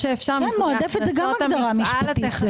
מועדפת זאת גם הגדרה משפטית.